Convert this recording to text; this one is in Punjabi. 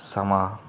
ਸਮਾਂ